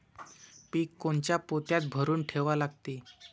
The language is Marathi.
पीक कोनच्या पोत्यात भरून ठेवा लागते?